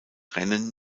rennen